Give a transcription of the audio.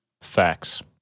Facts